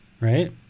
right